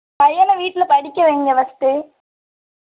பையனை வீட்டில் படிக்க வைங்க ஃபஸ்ட்டு